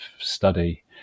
study